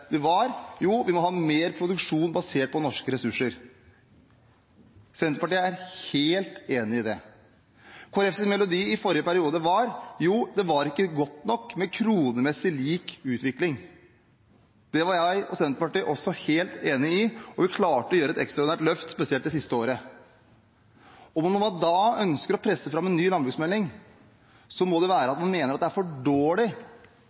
periode, var: Jo, vi må ha mer produksjon basert på norske ressurser. Senterpartiet er helt enig i det. Kristelig Folkepartis melodi i forrige periode var: Jo, det var ikke godt nok med kronemessig lik utvikling. Det var jeg og Senterpartiet også helt enig i, og vi klarte å gjøre et ekstraordinært løft, spesielt det siste året. Når en da ønsker å presse fram en ny landbruksmelding, må en jo mene at det er for dårlig